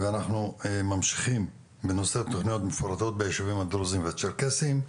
אנחנו ממשיכים בנושא תוכניות מפורטות בישובים הדרוזים והצ'רקסיים.